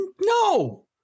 no